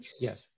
Yes